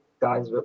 guys